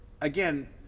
again